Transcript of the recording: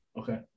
Okay